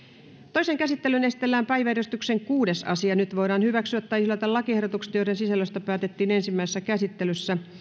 toiseen käsittelyyn esitellään päiväjärjestyksen kuudes asia nyt voidaan hyväksyä tai hylätä lakiehdotukset joiden sisällöstä päätettiin ensimmäisessä käsittelyssä